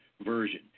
Version